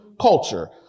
culture